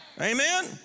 amen